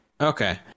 Okay